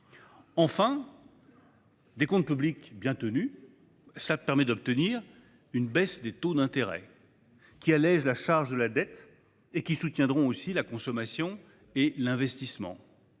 des comptes publics bien tenus permettent d’obtenir une baisse des taux d’intérêt, qui allège la charge de la dette et soutient la consommation et l’investissement.